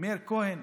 מאיר כהן,